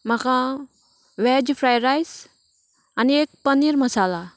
म्हाका veg fried rice आनी एक पनीर मसाला